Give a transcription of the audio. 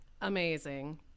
Amazing